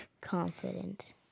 confident